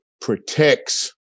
protects